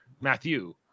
Matthew